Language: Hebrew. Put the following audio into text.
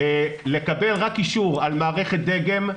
לקבל רק אישור על מערכת דגם,